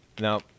now